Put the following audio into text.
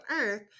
earth